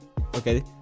Okay